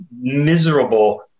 miserable